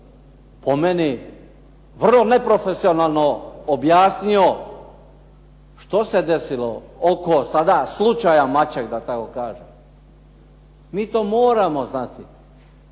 po meni vrlo neprofesionalno objasnio što se desilo oko sada slučaja Maček da tako kažem. Mi to moramo znati.